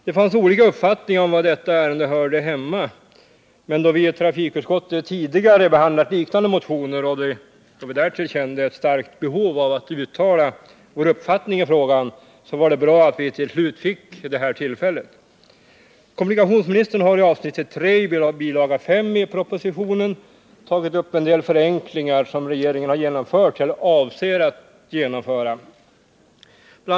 Det fanns olika uppfattningar om var detta ärende hörde hemma, men då vi itrafikutskottet tidigare har behandlat liknande motioner och då vi dessutom kände ett starkt behov av att uttala vår uppfattning i frågan var det bra att vi till slut fick detta tillfälle. Kommunikationsministern har i avsnittet 3 i bil. 5 i propositionen tagit upp en del förenklingar som regeringen har genomfört eller avser att genomföra. Bl.